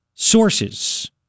Sources